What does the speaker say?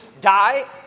die